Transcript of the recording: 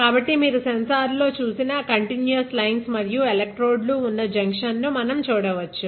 కాబట్టి మీరు సెన్సార్ లో చూసిన కంటిన్యూయస్ లైన్స్ మరియు ఎలక్ట్రోడ్ లు ఉన్న జంక్షన్ ను మనం చూడవచ్చు